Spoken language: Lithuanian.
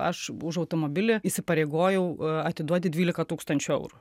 aš už automobilį įsipareigojau atiduoti dvylika tūkstančių eurų